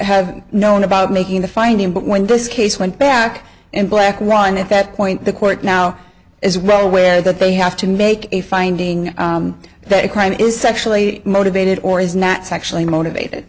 have known about making the finding but when this case went back and black run at that point the court now is well aware that they have to make a finding that a crime is sexually motivated or is not sexually motivated